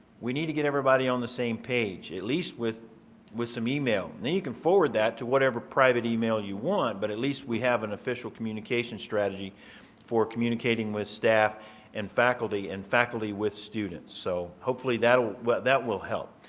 we need to get everybody on the same page at least with with some email, then you can forward that to whatever private email you want but at least we have an official communication strategy for communicating with staff and faculty and faculty with students so hopefully, that will help.